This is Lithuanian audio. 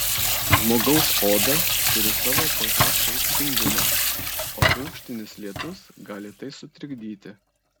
žmogaus oda turi savo ph rūgštingumą o rūgštinis lietus gali tai sutrikdyti